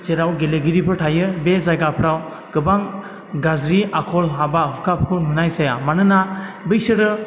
जेराव गेलेगिरिफोर थायो बे जायगाफोराव गोबां गाज्रि आखल हाबा हुखाफोरखौ नुनाय जाया मानोना बैसोरो